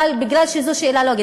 אבל מכיוון שזו שאלה לוגית,